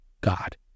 God